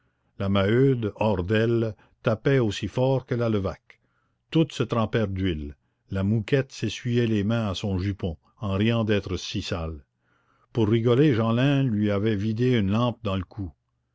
la maheude hors d'elle tapait aussi fort que la levaque toutes se trempèrent d'huile la mouquette s'essuyait les mains à son jupon en riant d'être si sale pour rigoler jeanlin lui avait vidé une lampe dans le cou